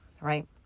right